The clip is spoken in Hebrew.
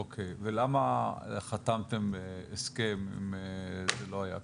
אוקי, ולמה חתמתם הסכם אם זה לא היה כך?